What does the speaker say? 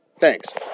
Thanks